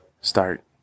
Start